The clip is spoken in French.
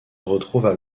retrouvent